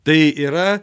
tai yra